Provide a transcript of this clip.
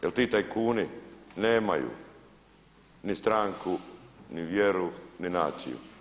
Jer ti tajkuni nemaju ni stranku, ni vjeru, ni naciju.